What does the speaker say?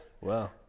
Wow